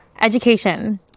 education